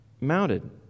mounted